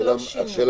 את זה לא שינו.